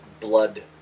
blood